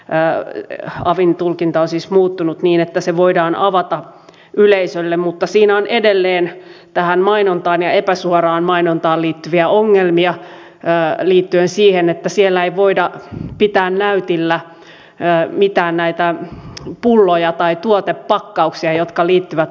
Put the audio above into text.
mää havin tulkintaa siis muuttunut niin että se voidaan avata yleisölle mutta siinä on edelleen mainontaan ja epäsuoraan mainontaan liittyviä ongelmia liittyen siihen että siellä ei voida pitää näytillä mitään näitä pulloja tai tuotepakkauksia jotka liittyvät alkoholiin